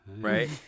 right